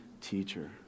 teacher